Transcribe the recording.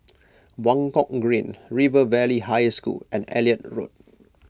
Buangkok Green River Valley High School and Elliot Road